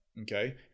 okay